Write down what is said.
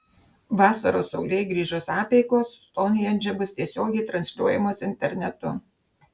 vasaros saulėgrįžos apeigos stounhendže bus tiesiogiai transliuojamos internetu